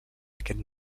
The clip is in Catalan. aquest